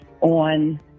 on